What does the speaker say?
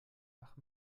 ach